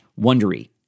Wondery